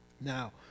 Now